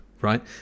right